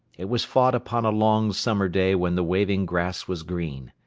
it was fought upon a long summer day when the waving grass was green.